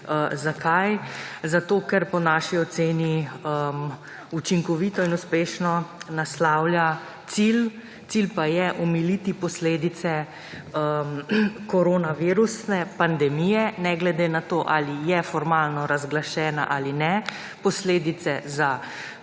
Zakaj? Zato, ker po naši oceni učinkovito in uspešno naslavlja cilj. Cilj pa je omiliti posledice koronavirusne pandemije. Ne glede na to ali je formalno razglašena ali ne, posledice za